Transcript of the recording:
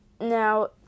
Now